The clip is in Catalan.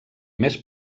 més